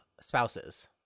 spouses